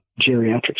geriatrics